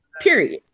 Period